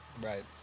Right